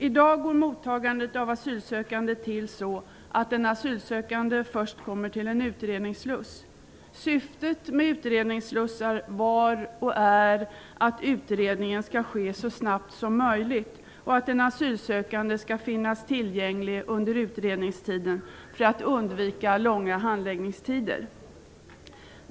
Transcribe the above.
I dag går mottagandet av asylsökande till så att den asylsökande först kommer till en utredningssluss. Syftet med utredningsslussar var och är att utredningen skall ske så snabbt som möjligt och att den asylsökande skall finnas tillgänglig under utredningstiden för att undvika långa handläggningstider.